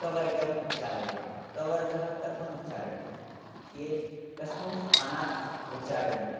कवर्गम् उच्चारयामः कवर्गः कथमुच्चारणीयः के कस्मिन् स्थानात् उच्चारणियः